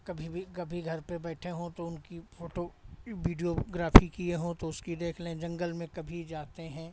कभी भी कभी घर पे बैठे हो तो उनकी फोटो वीडियोग्राफी किए हो तो उसकी देख लें जंगल में कभी जाते हैं